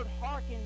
hearken